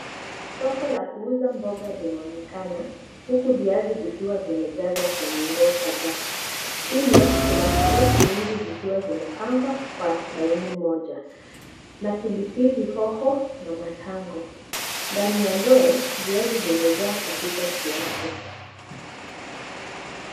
Soko la kuuza mboga linaonekana huku viazi vikiwa vimejazwa kwenye ndoo kadhaa, chini kuna karoti nyingi zikiwa zimepangwa kwa laini moja na pilipili hoho na matango, ndani ya ndoo viazi vimejaa kupita kiasi.